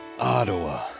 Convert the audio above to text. Ottawa